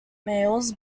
males